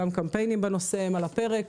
גם קמפיינים בנושא הם על הפרק.